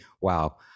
Wow